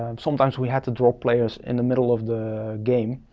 and sometimes we had to throw players in the middle of the game,